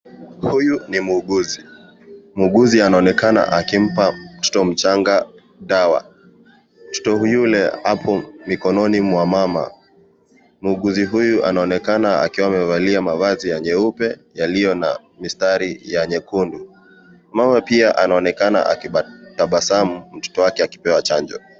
Huyu ni muuguzi, muuguzi anaonekana akimpa mtoto mchanga dawa, mtoto yule ako mikononi mwa mama, muuguzi huyu anaonekana akiwa amevalia mavazi ya nyeupe yaliyo na mistari ya nyekundu, mama pia anaonekana akitabasamu mtoto wake akipewa chanjo.